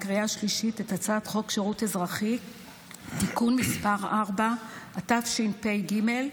בשבוע האחרון הוא אירס שני נכדים ביום אחד,